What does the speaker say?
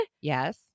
Yes